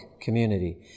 community